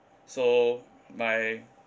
so my